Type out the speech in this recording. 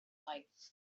life